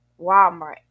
Walmart